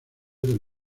del